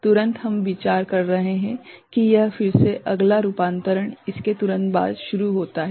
तुरंत हम विचार कर रहे हैं कि यह फिर से अगला रूपांतरण इसके तुरंत बाद शुरू होता है